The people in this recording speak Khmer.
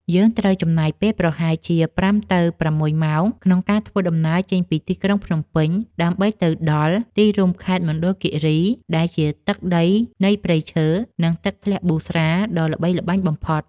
យើងត្រូវចំណាយពេលប្រហែលជាប្រាំទៅប្រាំមួយម៉ោងក្នុងការធ្វើដំណើរចេញពីទីក្រុងភ្នំពេញដើម្បីទៅដល់ទីរួមខេត្តមណ្ឌលគីរីដែលជាទឹកដីនៃព្រៃឈើ និង ទឹកធ្លាក់ប៊ូស្រាដ៏ល្បីល្បាញបំផុត។